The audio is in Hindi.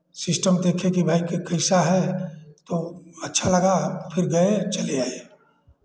सिस्टम देखे कि भाई कि कैसा है तो अच्छा लगा फिर गए चले आए